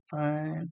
fun